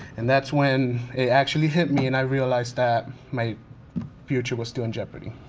and that's when it actually hit me and i realized that my future was still in jeopardy.